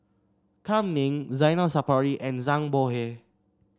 Kam Ning Zainal Sapari and Zhang Bohe